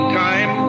time